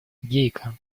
гейка